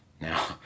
now